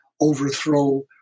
overthrow